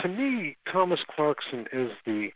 to me, thomas clarkson is the